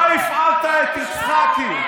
אתה שומע מה הוא אומר?